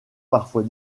parfois